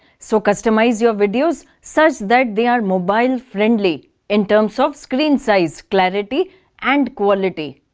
so customize your videos such that they are mobile friendly in terms of screen size, clarity and quality.